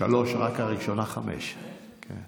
אבל